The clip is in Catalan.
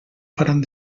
faran